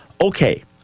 Okay